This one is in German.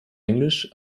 englisch